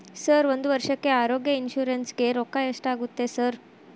Sir ಒಂದು ವರ್ಷಕ್ಕೆ ಆರೋಗ್ಯ ಇನ್ಶೂರೆನ್ಸ್ ಗೇ ರೊಕ್ಕಾ ಎಷ್ಟಾಗುತ್ತೆ ಸರ್?